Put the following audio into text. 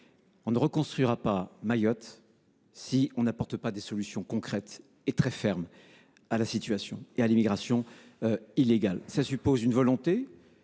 On ne reconstruira pas Mayotte si l’on n’apporte pas des solutions concrètes et très fermes pour faire face à l’immigration illégale. Cela suppose une volonté,